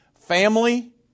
family